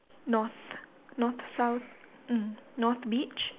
north north south mm north beach